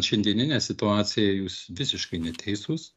šiandieninę situaciją jūs visiškai neteisūs